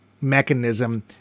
mechanism